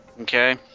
Okay